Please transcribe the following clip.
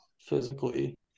physically